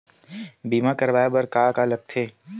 बीमा करवाय बर का का लगथे?